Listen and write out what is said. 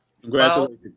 Congratulations